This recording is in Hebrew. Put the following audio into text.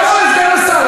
תכף עולה סגן השר,